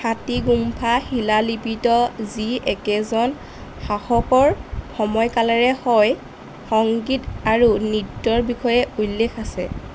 হাতীগুম্ফা শিলালিপিত যি একেজন শাসকৰ সময়কালৰে হয় সংগীত আৰু নৃত্যৰ বিষয়ে উল্লেখ আছে